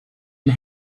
and